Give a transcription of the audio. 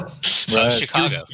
Chicago